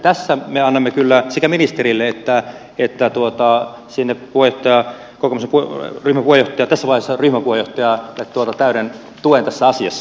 tässä me annamme kyllä sekä ministerille että sinne voi tää kompuroi hyvinvointi ja kasvonsa kokoomuksen ryhmäpuheenjohtajalle tässä vaiheessa täyden tuen tässä asiassa